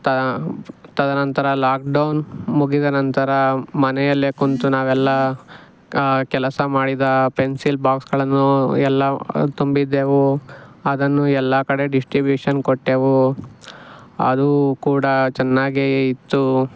ತಾ ತದನಂತರ ಲಾಕ್ಡೌನ್ ಮುಗಿದ ನಂತರ ಮನೆಯಲ್ಲೇ ಕುಳ್ತು ನಾವೆಲ್ಲ ಕೆಲಸ ಮಾಡಿದ ಪೆನ್ಸಿಲ್ ಬಾಕ್ಸ್ಗಳನ್ನು ಎಲ್ಲ ತುಂಬಿದ್ದೆವು ಅದನ್ನು ಎಲ್ಲ ಕಡೆ ಡಿಸ್ಟಿಬ್ಯೂಷನ್ ಕೊಟ್ಟೆವು ಅದು ಕೂಡ ಚೆನ್ನಾಗೇ ಇತ್ತು